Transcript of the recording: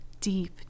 deep